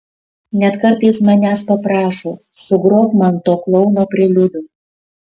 net kartais manęs paprašo sugrok man to klouno preliudų